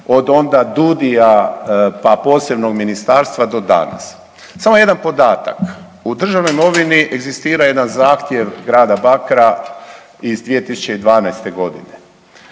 od onda DUDI-a pa posebnog ministarstva do danas samo jedan podatak, u državnoj imovini egzistira jedan zahtjev grada Bakra iz 2012. godine.